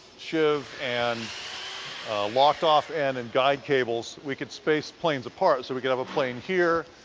shiv and locked off end and guide cables, we could space planes apart so we could have a plane here,